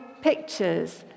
pictures